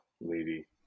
lady